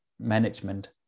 management